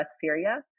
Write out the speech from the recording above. Syria